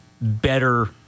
better